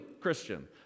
Christian